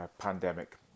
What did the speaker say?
pandemic